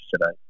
today